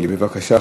מומחה),